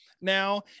now